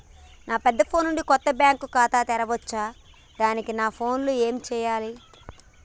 నా పెద్ద ఫోన్ నుండి కొత్త బ్యాంక్ ఖాతా తెరవచ్చా? దానికి నా ఫోన్ లో ఏం చేయాలి?